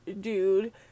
dude